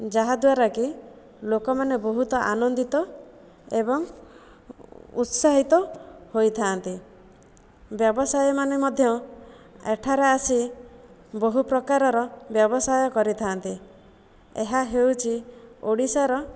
ଯାହାଦ୍ୱାରା କି ଲୋକମାନେ ବହୁତ ଆନନ୍ଦିତ ଏବଂ ଉତ୍ସାହିତ ହୋଇଥାନ୍ତି ବ୍ୟବସାୟୀ ମାନେ ମଧ୍ୟ ଏଠାରେ ଆସି ବହୁପ୍ରକାରର ବ୍ୟବସାୟ କରିଥାନ୍ତି ଏହା ହେଉଛି ଓଡ଼ିଶାର